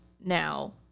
now